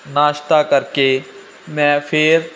ਨਾਸ਼ਤਾ ਕਰਕੇ ਮੈਂ ਫਿਰ